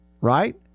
right